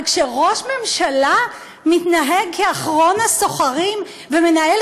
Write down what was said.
אבל כשראש ממשלה מתנהג כאחרון הסוחרים ומנהל